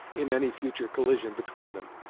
in any future collision between them,